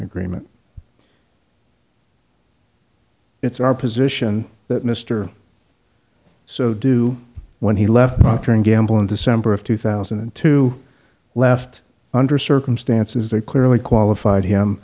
agreement it's our position that mr so do when he left procter and gamble in december of two thousand and two left under circumstances that clearly qualified him